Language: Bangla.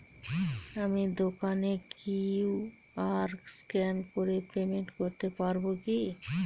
আমি দোকানে কিউ.আর স্ক্যান করে পেমেন্ট করতে পারবো কি?